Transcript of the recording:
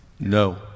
No